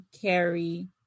carry